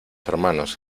hermanos